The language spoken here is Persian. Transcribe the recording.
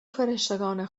فرشتگان